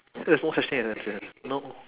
there's no such thing as accidental no